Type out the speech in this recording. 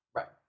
Right